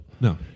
No